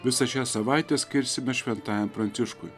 visą šią savaitę skirsime šventajam pranciškui